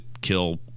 kill